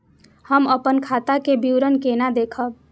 हम अपन खाता के विवरण केना देखब?